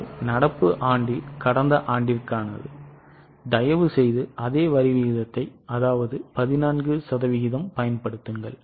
இது நடப்பு ஆண்டில் கடந்த ஆண்டிற்கானது தயவுசெய்து அதே வரி விகிதத்தை அதாவது 14 சதவீதத்தைப் பயன்படுத்துங்கள்